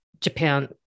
Japan